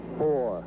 four